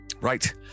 Right